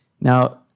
Now